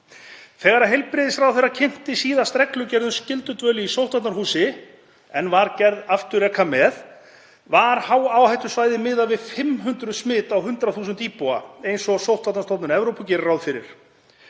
Þegar heilbrigðisráðherra kynnti síðast reglugerð um skyldudvöl í sóttvarnahúsi, en var gerð afturreka með, var hááhættusvæði miðað við 500 smit á 100.000 íbúa, eins og Sóttvarnastofnun Evrópu gerir ráð fyrir.